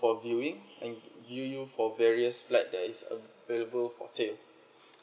for viewing and you you for various flat that is available for sale